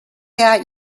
out